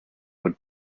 would